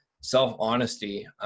self-honesty